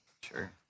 Sure